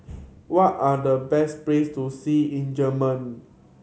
what are the best place to see in Germany